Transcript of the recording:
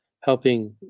helping